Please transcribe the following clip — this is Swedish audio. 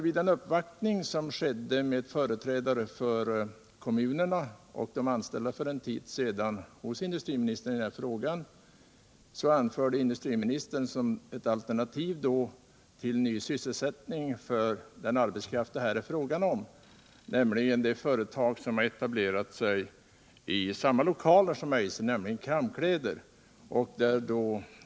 Vid den uppvaktning som skedde med företrädare för kommunerna och de anställda för en tid sedan hos industriministern i denna fråga, anförde industriministern som ett alternativ till ny sysselsättning för denna arbetskraft det företag som har etablerat sig i samma lokaler som Eiser, nämligen Kramm-Kläder.